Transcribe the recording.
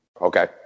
Okay